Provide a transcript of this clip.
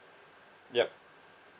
yup